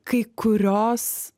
kai kurios